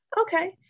Okay